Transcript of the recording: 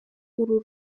uru